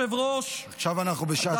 עכשיו אנחנו בשעת מלחמה.